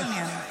זה לא העניין.